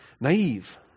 naive